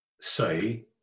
say